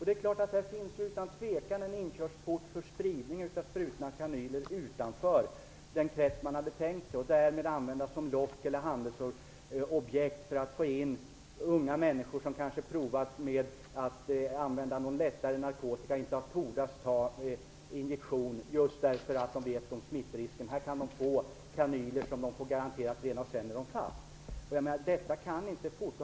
Det är klart att här utan tvekan finns en inkörsport till spridning av sprutor och kanyler utanför tänkta krets. Därmed kan de användas som lockelse eller handelsobjekt för att få in unga människor som kanske provat på lättare narkotika men inte vågat ta injektioner just därför att de känner till smittrisken. Här kan de få kanyler som är garanterat rena. Sedan är de fast. Detta kan inte fortgå.